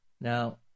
Now